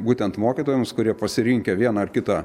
būtent mokytojams kurie pasirinkę vieną ar kitą